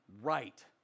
right